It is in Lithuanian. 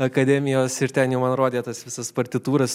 akademijos ir ten jau man rodė tas visas partitūras